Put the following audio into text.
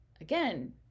again